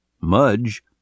Mudge